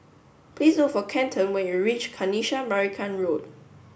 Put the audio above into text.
please look for Kenton when you reach Kanisha Marican Road